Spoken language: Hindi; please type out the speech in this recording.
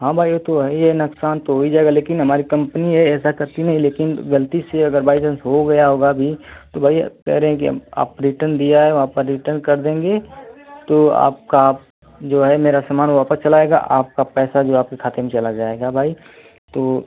हाँ भाई वो तो हई है नुकसान तो होई जाएगा लेकिन हमारी कंपनी है ऐसा करती नहीं लेकिन गलती से अगर बाई चांस हो गया होगा भी तो भाई कह रहे हैं कि हम आप रिटन दिया है आपका रिटन कर देंगे तो आपका जो है मेरा सामान वापस चला आएगा आपका पैसा जो है आपके खाते में चला जाएगा भाई तो